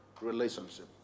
relationship